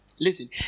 Listen